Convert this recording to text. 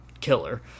killer